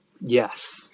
yes